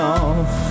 off